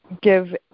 give